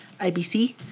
IBC